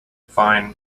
fine